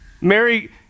mary